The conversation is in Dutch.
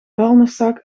vuilniszak